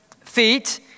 feet